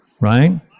right